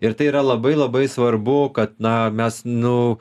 ir tai yra labai labai svarbu kad na mes nu